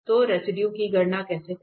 तो रेसिडुए की गणना कैसे करें